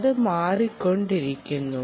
അത് മാറിക്കൊണ്ടിരിക്കുന്നു